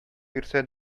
бирсә